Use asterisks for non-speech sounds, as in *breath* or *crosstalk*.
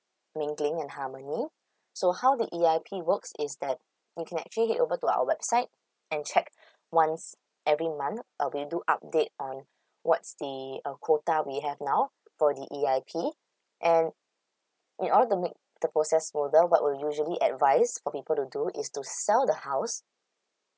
mingling and harmony so how did E_I_P works is that you can actually head over to our website and check *breath* once every month uh we'll do update on *breath* what's the uh quota we have now for the E_I_P and in order to make the process bolder what we'll usually advice for people to do is to sell the house